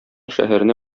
шәһәренә